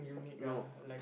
no